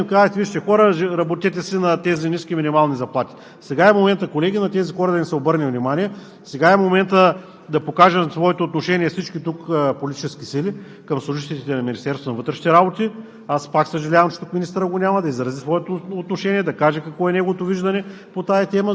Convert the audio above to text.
протести, да ходят във всякакви неблагоприятни условия да работят, да борят престъпността, а Вие им казвате: „Вижте, хора, работете си на тези ниски минимални заплати!“ Сега е моментът, колеги, на тези хора да им се обърне внимание, сега е моментът да покажем своето отношение всички тук политически сили към служителите на Министерството на вътрешните работи.